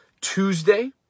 Tuesday